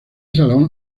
salón